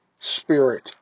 Spirit